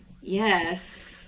Yes